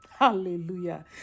Hallelujah